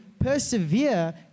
persevere